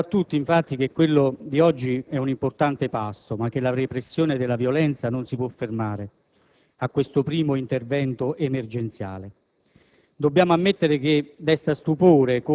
nel tempo su questo terreno. Sarà chiaro a tutti, infatti, che quello di oggi è un importante passo ma che la repressione della violenza non si può fermare a questo primo intervento emergenziale.